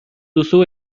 duzu